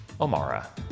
O'Mara